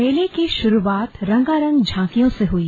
मेले की शुरुआत रंगारंग झांकियों से हुई